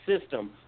system